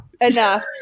enough